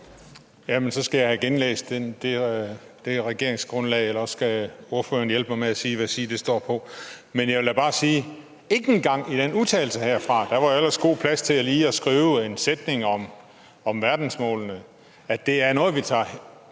Jamen så skal jeg have genlæst regeringsgrundlaget, eller også må ordføreren hjælpe mig med at sige, hvad side det står på. Men jeg vil bare sige, at ikke engang i udtalelsen herfra var der noget, og der var ellers god plads til lige at skrive en sætning om verdensmålene, at det er noget, man tager